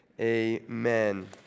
amen